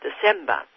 December